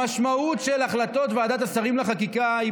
המשמעות של החלטות ועדת השרים לחקיקה היא,